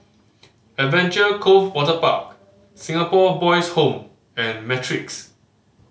Adventure Cove Waterpark Singapore Boys Home and Matrix